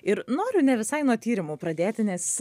ir noriu nevisai nuo tyrimų pradėti nes